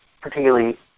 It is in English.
particularly